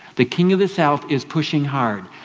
the king of the south is pushing hard,